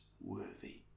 worthy